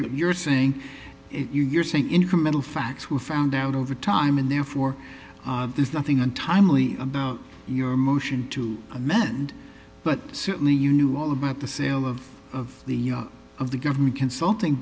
you're saying it you're saying incremental facts were found out over time and therefore there's nothing untimely about your motion to amend but certainly you knew all about the sale of of the of the government consulting